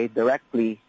directly